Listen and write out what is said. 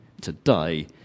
Today